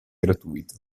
gratuita